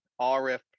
RF